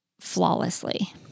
flawlessly